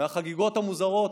מהחגיגות המוזרות,